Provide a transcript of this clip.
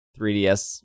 3DS